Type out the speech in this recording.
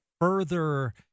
further